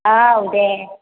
औ दे औ